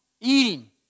eating